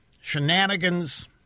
shenanigans